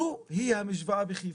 זו המשוואה בחיפה.